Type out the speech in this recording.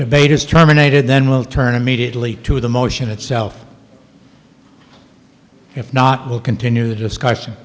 debate is terminated then we'll turn immediately to the motion itself if not we'll continue the discussion